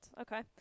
Okay